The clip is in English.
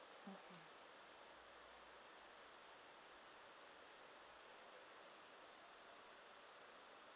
mmhmm